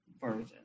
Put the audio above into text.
version